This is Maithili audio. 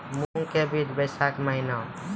मूंग के बीज बैशाख महीना